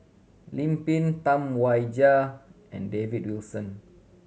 Lim Pin Tam Wai Jia and David Wilson